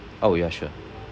oh yeah sure